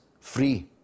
free